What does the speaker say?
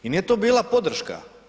I nije to bila podrška.